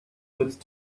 with